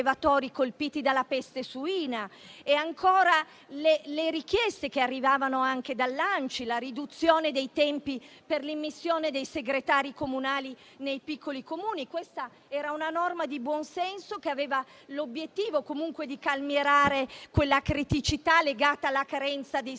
colpiti dalla peste suina; ancora, l'accoglimento delle richieste che arrivavano anche dall'ANCI per la riduzione dei tempi per l'immissione dei segretari comunali nei piccoli Comuni. Questa era una norma di buonsenso, che aveva l'obiettivo di calmierare la criticità legata alla carenza dei